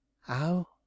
How